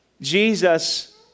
Jesus